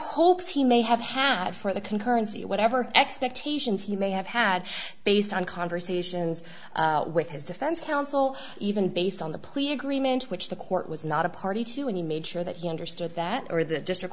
hopes he may have had for the concurrency whatever expectations he may have had based on conversations with his defense counsel even based on the plea agreement which the court was not a party to and he made sure that he understood that or that district